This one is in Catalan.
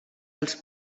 els